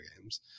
games